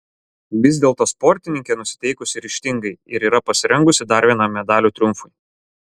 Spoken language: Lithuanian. vis dėlto sportininkė nusiteikusi ryžtingai ir yra pasirengusi dar vienam medalių triumfui